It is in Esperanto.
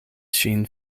ŝin